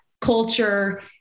culture